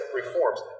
reforms